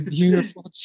beautiful